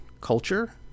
culture